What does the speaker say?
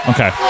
Okay